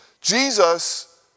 Jesus